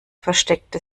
versteckte